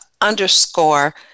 underscore